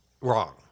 wrong